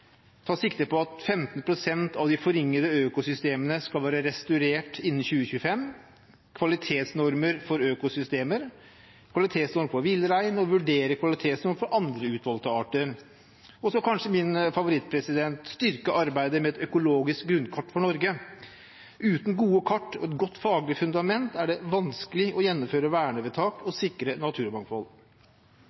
tar sikte på at 15 pst. av de forringede økosystemene skal være restaurert innen 2025, kvalitetsnormer for økosystemer, en kvalitetsnorm for villrein, vurdere kvalitetsnorm for andre utvalgte arter og – og det er kanskje min favoritt – styrke arbeidet med et økologisk grunnkart for Norge. Uten gode kart og et godt faglig fundament er det vanskelig å gjennomføre vernevedtak og sikre naturmangfold.